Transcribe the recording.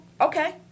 okay